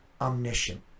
omniscient